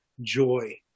joy